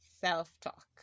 self-talk